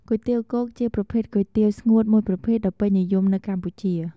គុយទាវគោកជាប្រភេទគុយទាវស្ងួតមួយប្រភេទដ៏ពេញនិយមនៅកម្ពុជា។